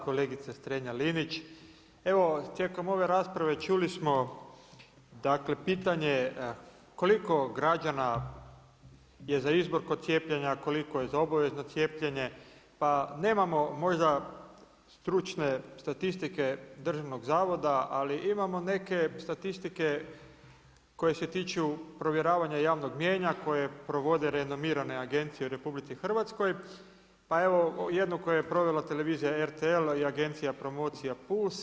Kolegice Strenja-Linić, evo tijekom ove rasprave čuli smo dakle pitanje koliko građana je za izbor kod cijepljena, koliko je za obavezno cijepljenje, pa nemamo možda stručne statistike državnog zavoda, ali imamo neke statistike koje se tiču provjeravanja javnog mnijenja koje provode renomirane agencije u RH pa evo jednog koje je proveli televizija RTL i agencija Promocija puls.